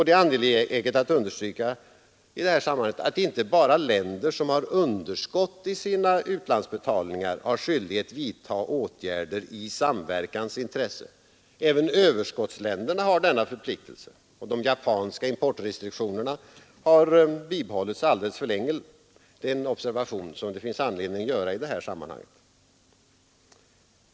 Det är angeläget att understryka att inte bara länder som har underskott i sina utlandsbetalningar har skyldighet att vidta åtgärder i samverkans intresse. Även överskottsländerna har denna förpliktelse. De japanska importrestriktionerna har bibehållits alldeles för länge — det är en observation som man har anledning att göra i det här sammanhanget.